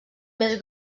més